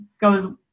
goes